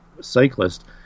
cyclist